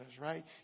right